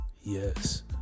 Yes